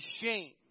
shame